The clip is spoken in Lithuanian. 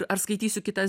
ar skaitysiu kitas